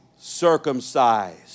circumcised